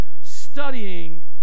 studying